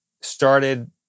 started